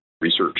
research